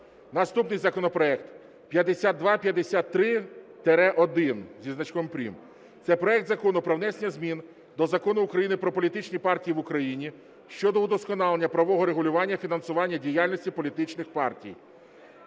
Наступний законопроект 5253-1 (зі значком прим.). Це проект Закону про внесення змін до Закону України "Про політичні партії в Україні" щодо удосконалення правового регулювання фінансування діяльності політичних партій.